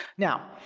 now,